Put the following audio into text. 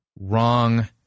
Wrong